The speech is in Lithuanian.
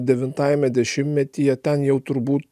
devintajame dešimtmetyje ten jau turbūt